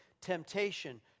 temptation